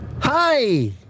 Hi